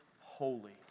holy